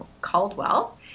Caldwell